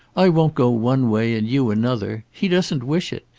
i won't go one way, and you another. he doesn't wish it.